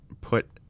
put